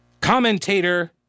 commentator